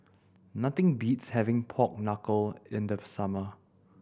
nothing beats having pork knuckle in the summer